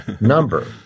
number